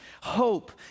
hope